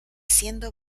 siendo